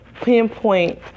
pinpoint